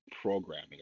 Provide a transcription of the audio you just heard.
programming